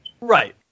Right